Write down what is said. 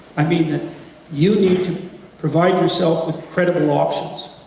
i mean that you need to provide yourself with credible options.